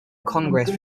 congress